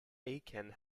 aiken